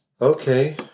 okay